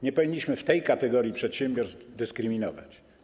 Nie powinniśmy w tej kategorii przedsiębiorstw dyskryminować.